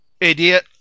Idiot